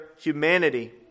humanity